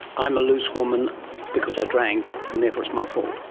i'm a loose woman because i drank and therefore it's my fault.